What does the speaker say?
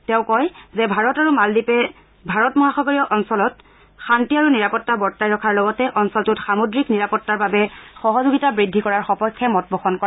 তেওঁ কয় যে ভাৰত আৰু মালদ্বীপে ভাৰত মহাসাগৰীয় অঞ্চলত শান্তি আৰু নিৰাপত্তা বৰ্তাই ৰখাৰ লগতে অঞ্চলটোত সামুদ্ৰিক নিৰাপত্তাৰ বাবে সহযোগিতা বৃদ্ধি কৰাৰ সপক্ষে মত পোষণ কৰে